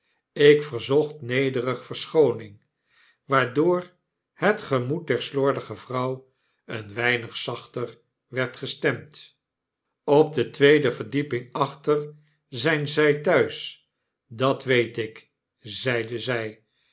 ik verzocht nederig verschooning waardoor het gemoed der slordige vrouw een weinig zachter werd gestemd op de tweede verdieping achter zyn zy thuis dat weet ik zeide zy